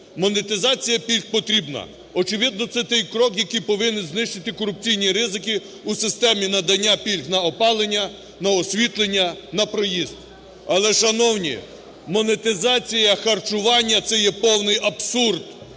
Монетизація пільг потрібна. Очевидно, це той крок, який повинен знищити корупційні ризики у системі надання пільг на опалення, на освітлення, на проїзд. Але, шановні, монетизація харчування – це є повний абсурд.